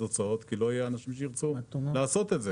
הוצאות כי לא יהיו אנשים שירצו לעשות את זה.